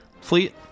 fleet